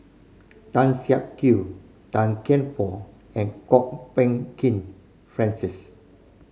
Tan Siak Kew Tan Kian Por and Kwok Peng Kin Francis